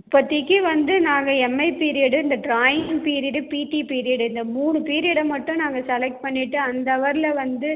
இப்போத்திக்கி வந்து நாங்கள் MI period இந்த ட்ராயிங் பீரியட்டு பிடி பீரியட்டு இந்த மூணு பீரியடை மட்டும் நாங்கள் செலெக்ட் பண்ணிட்டு அந்த ஹவரில் வந்து